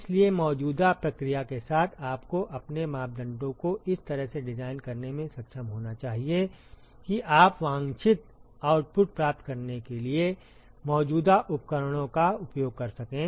इसलिए मौजूदा प्रक्रिया के साथ आपको अपने मापदंडों को इस तरह से डिजाइन करने में सक्षम होना चाहिए कि आप वांछित आउटपुट प्राप्त करने के लिए मौजूदा उपकरणों का उपयोग कर सकें